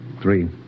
three